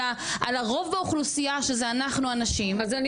על הרוב באוכלוסייה שזה אנחנו הנשים --- אז אני